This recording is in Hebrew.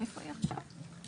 כן, כן.